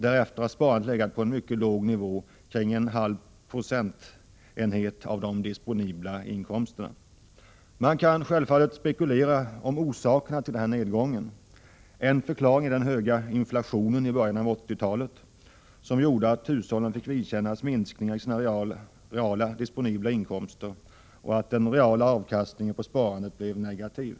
Därefter har sparandet legat på en mycket låg nivå, omkring 0,5 90 av de disponibla inkomsterna. Man kan självfallet spekulera över orsakerna till den här nedgången. En förklaring är den höga inflationen i början av 1980-talet som gjorde att hushållen fick vidkännas minskningar i sina reala disponibla inkomster och att den reala avkastningen på sparandet blev negativ.